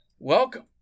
Welcome